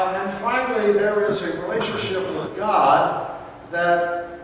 and finally, there is a relationship with god that